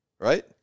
Right